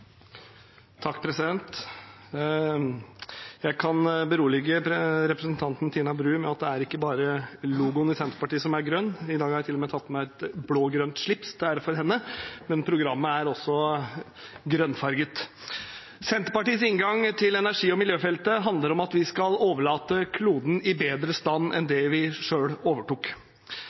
ikke bare logoen i Senterpartiet som er grønn. I dag har jeg til og med tatt på meg et blå-grønt slips til ære for henne. Men programmet er også grønnfarget. Senterpartiets inngang til energi- og miljøfeltet handler om at vi skal overlate kloden i bedre stand enn vi selv overtok den. Men det handler også om at vi